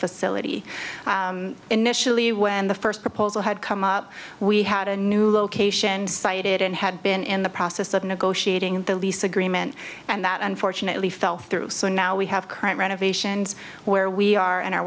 facility initially when the first proposal had come up we had a new location cited and had been in the process of negotiating the lease agreement and that unfortunately fell through so now we have current renovations where we are and are